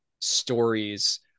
stories